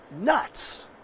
nuts